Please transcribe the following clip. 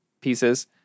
pieces